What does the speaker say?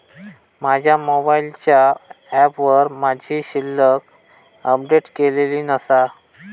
माझ्या मोबाईलच्या ऍपवर माझी शिल्लक अपडेट केलेली नसा